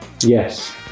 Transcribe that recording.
Yes